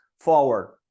forward